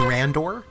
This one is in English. Randor